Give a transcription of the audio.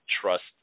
trust